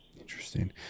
Interesting